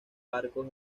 barcos